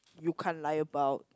you can't lie about